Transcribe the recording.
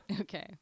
Okay